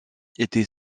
était